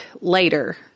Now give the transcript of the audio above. later